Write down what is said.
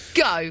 go